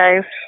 guys